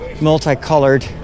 multicolored